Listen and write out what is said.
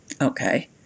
Okay